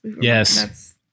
yes